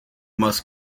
most